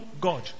God